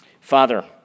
Father